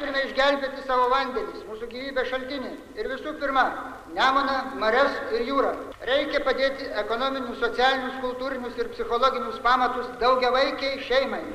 turime išgelbėti savo vandenis mūsų gyvybės šaltinį ir visų pirma nemuną marias jūrą reikia padėti ekonominius socialinius kultūrinius ir psichologinius pamatus daugiavaikei šeimai